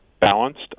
balanced